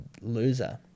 loser